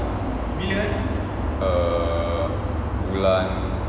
err bulan